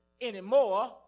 anymore